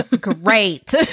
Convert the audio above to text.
great